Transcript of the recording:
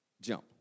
Jump